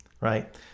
right